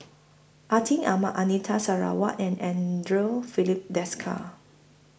Atin Amat Anita Sarawak and Andre Filipe Desker